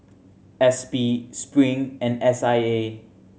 S P Spring and S I A